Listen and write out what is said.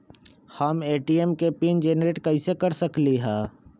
हम ए.टी.एम के PIN generate कईसे कर सकली ह?